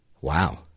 Wow